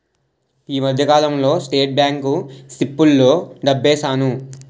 ఈ మధ్యకాలంలో state bank సిప్పుల్లో డబ్బేశాను